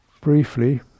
briefly